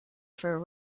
for